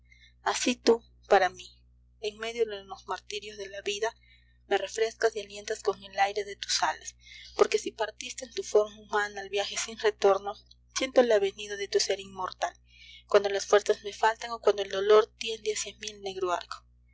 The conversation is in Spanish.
así tú para mí en medio de los martirios de la vida me refrescas y alientas con el aire de tus alas porque si partiste en tu forma humana al viaje sin retorno siento la venida de tu sér inmortal cuando las fuerzas me faltan o cuando el dolor tiende hacia mí el negro arco